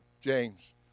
James